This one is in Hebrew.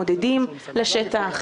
אדוני, שר התחבורה.